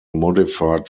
modified